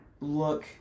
look